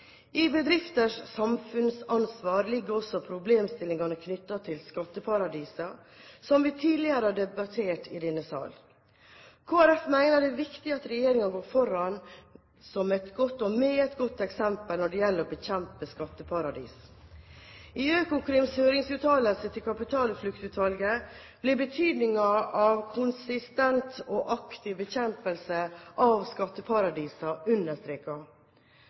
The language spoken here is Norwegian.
I bedrifters samfunnsansvar ligger også problemstillingene knyttet til skatteparadiser, som vi tidligere har debattert i denne sal. Kristelig Folkeparti mener det er viktig at regjeringen går foran med et godt eksempel når det gjelder å bekjempe skatteparadiser. I Økokrims høringsuttalelse til Kapitalfluktutvalget ble betydningen av konsistent og aktiv bekjempelse av skatteparadiser